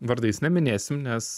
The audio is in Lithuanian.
vardais neminėsim nes